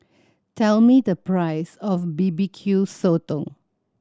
tell me the price of B B Q Sotong